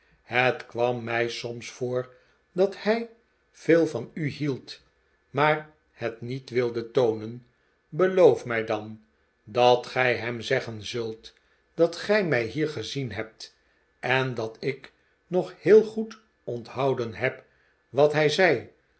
het kwam mij soms voor dat hij veel van u hield maar het niet wilde toonen beloof mij dan dat gij hem zeggen zult dat gij mij hier gezien hebt en dat ik nog heel goed onthouden heb wat hij zei